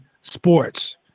sports